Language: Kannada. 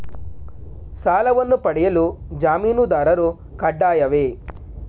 ಸಾಲವನ್ನು ಪಡೆಯಲು ಜಾಮೀನುದಾರರು ಕಡ್ಡಾಯವೇ?